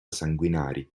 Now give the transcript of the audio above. sanguinari